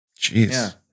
Jeez